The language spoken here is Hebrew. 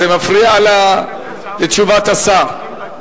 זה מפריע לתשובת השר.